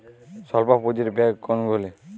স্বল্প পুজিঁর ব্যাঙ্ক কোনগুলি?